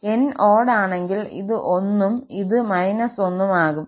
𝑛 odd ആണെങ്കിൽ ഇത് −1 ഉം ഇത് −1 ഉം ആകും